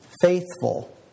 faithful